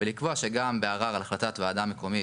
ולקבוע שגם בערר על החלטת ועדה מקומית,